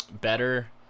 better